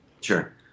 Sure